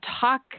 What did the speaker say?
talk